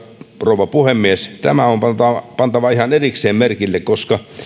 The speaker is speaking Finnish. rouva puhemies tämä on pantava pantava ihan erikseen merkille koska